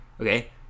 okay